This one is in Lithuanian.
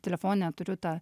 telefone turiu tą